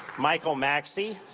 michael maxey,